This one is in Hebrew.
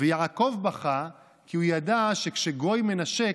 ויעקב בכה כי הוא ידע שכשגוי מנשק,